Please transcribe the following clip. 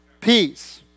peace